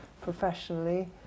professionally